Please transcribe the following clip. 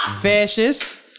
Fascist